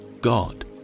God